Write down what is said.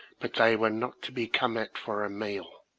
but they were not to be come at for a meal.